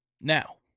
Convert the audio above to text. Now